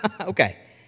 Okay